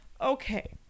Okay